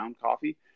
coffee